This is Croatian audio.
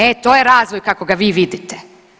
E to je razvoj kako ga vi vidite.